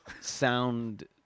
sound